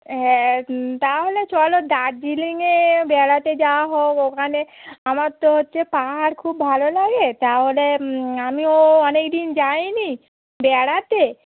হ্যাঁ তাহলে চলো দার্জিলিংয়ে বেড়াতে যাওয়া হোক ওখানে আমার তো হচ্ছে পাহাড় খুব ভালো লাগে তাহলে আমিও অনেক দিন যাই নি বেড়াতে